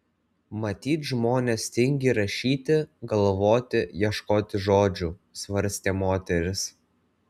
matyt žmonės tingi rašyti galvoti ieškoti žodžių svarstė moteris